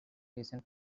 recent